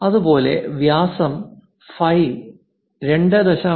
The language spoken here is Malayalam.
അതുപോലെ ഈ വ്യാസം ഫൈ 2